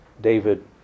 David